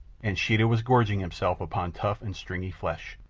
and sheeta was gorging himself upon tough and stringy flesh.